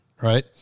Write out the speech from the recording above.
right